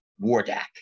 Wardak